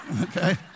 Okay